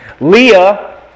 Leah